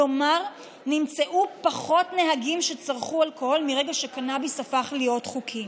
כלומר נמצאו פחות נהגים שצרכו אלכוהול מרגע שקנביס הפך להיות חוקי.